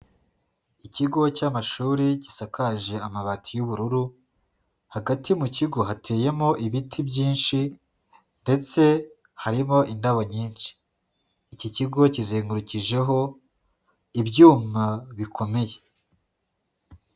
Ikigo cy'amashuri gisakaje amabati y'ubururu, hagati mu kigo hateyemo ibiti byinshi ndetse harimo indabo nyinshi, iki kigo kizengurukijeho ibyuma bikomeye.